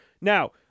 Now